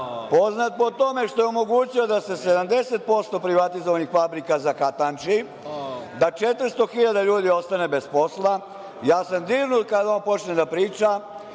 poznat po tome što je omogućio da se 70% privatizovanih fabrika zakatanči, da 400.000 ljudi ostane bez posla, ja sam dirnut kad on počne da priča